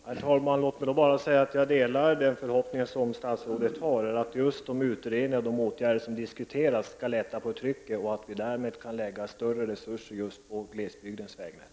Herr talman! Låt mig då bara säga att jag delar statsrådets förhoppning att de åtgärder som diskuteras skall lätta på trycket och att vi därmed skall kunna lägga större resurser just på glesbygdens vägnät.